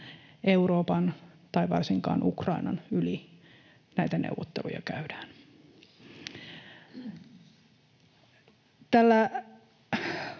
Euroopan tai varsinkaan Ukrainan yli näitä neuvotteluja käydään.